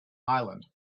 island